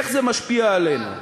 איך זה משפיע עלינו?